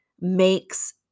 makes